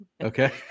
Okay